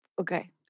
Okay